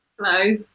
Hello